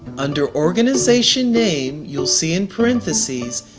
under organization name, you'll see in parentheses,